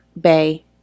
Bay